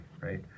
right